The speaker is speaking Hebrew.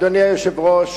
אדוני היושב-ראש,